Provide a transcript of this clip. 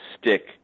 stick